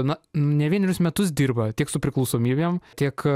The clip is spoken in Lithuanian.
na ne vienerius metus dirba tiek su priklausomybėm tiek